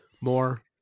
more